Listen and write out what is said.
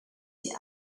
die